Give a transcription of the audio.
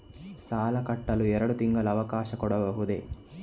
ಸಾಲ ಕಟ್ಟಲು ಎರಡು ತಿಂಗಳ ಅವಕಾಶ ಕೊಡಬಹುದಾ?